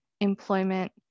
employment